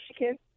Michigan